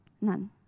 None